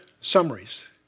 summaries